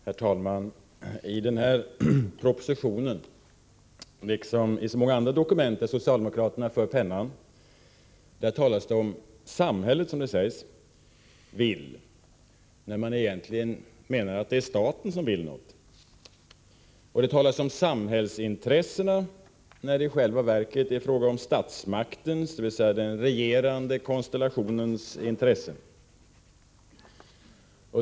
Herr talman! I denna proposition liksom i så många andra dokument där socialdemokraterna för pennan talas om vad ”samhället” vill, när man egentligen avser vad staten vill. Och det talas om ”samhällsintressen” , när det i själva verket är fråga om statsmaktens, dvs. den regerande konstellationens, intressen.